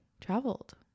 traveled